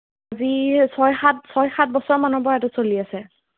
আজি ছয় সাত ছয় সাত বছৰমানৰ পৰা এইটো চলি আছে